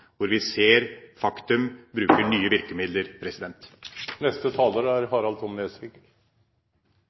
hvor vi ser faktum, bruker vi nye virkemidler. Jeg tror samtlige i denne salen faktisk er